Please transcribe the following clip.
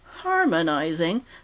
harmonizing